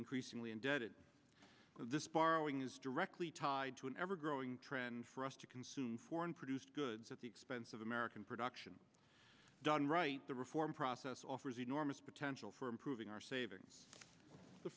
increasingly indebted because this borrowing is directly tied to an ever growing trend for us to consume foreign produced goods at the expense of american production done right the reform process offers enormous potential for improving our savings the